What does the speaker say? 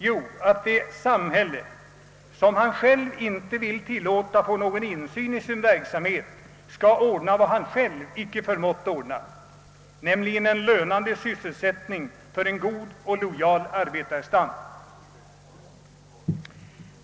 Jo, att det samhälle, som han själv inte vill tilllåta någon insyn i sin verksamhet, skall ordna vad han själv inte har förmått, nämligen en lönande sysselsättning för en god och lojal arbetarstam.